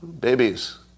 Babies